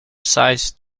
sized